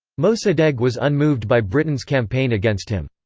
mosaddegh was unmoved by britain's campaign against him.